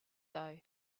though